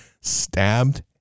stabbed